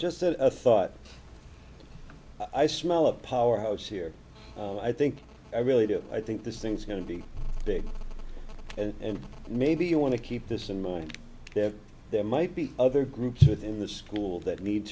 just a thought i smell a power house here oh i think i really do i think this thing's going to be big and maybe you want to keep this in more depth there might be other groups within the school that need